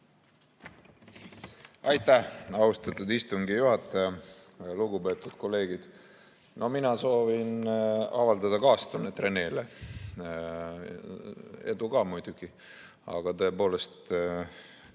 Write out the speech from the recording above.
Aitäh, austatud istungi juhataja! Lugupeetud kolleegid! Mina soovin avaldada kaastunnet Renele, edu ka muidugi. Aga tõepoolest,